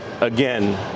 again